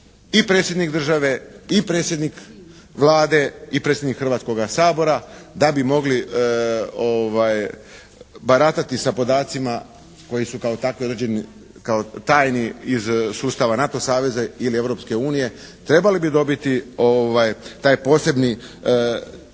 i Predsjednik države i predsjednik Vlade i predsjednik Hrvatskoga sabora da bi mogli baratati sa podacima koji su kao takvi određeni kao tajni iz sustava NATO saveza ili Europske unije trebali bi dobiti taj posebni